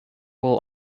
will